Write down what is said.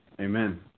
Amen